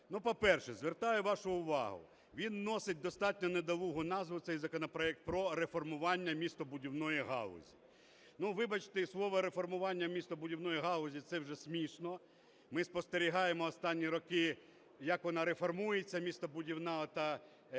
По-перше, звертаю вашу увагу, він носить достатньо недолугу назву цей законопроект – про реформування містобудівної галузі. Ну, вибачте, слова "реформування містобудівної галузі" – це вже смішно. Ми спостерігаємо останні роки, як вона реформується містобудівна ота дозвільна